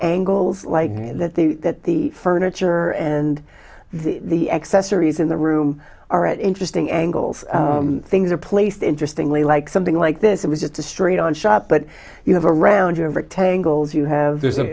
angles like that the that the furniture and the accessories in the room are at interesting angles things are placed interestingly like something like this it was just a straight on shot but you have a round you have rectangles you have